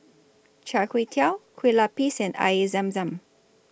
Char Kway Teow Kue Lupis and Air Zam Zam